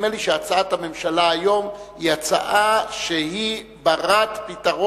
נדמה לי שהצעת הממשלה היום היא הצעה שהיא בת-פתרון,